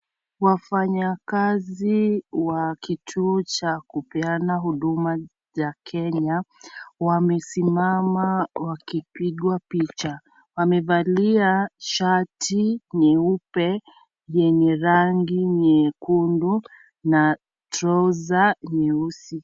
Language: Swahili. Wafanya kazi wa kituo cha kupeana huduma cha Kenya, wamesimama ukipigwa picha. Wamevalia shati nyeupe yenye rangi nyekundu na trouser nyeusi.